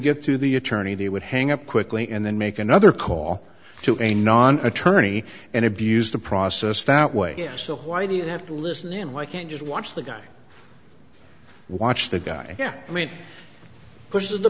get through the attorney they would hang up quickly and then make another call to a non attorney and abuse the process that way so why do you have to listen and why can't just watch the guy watch the guy yeah i mean pushes the